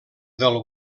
del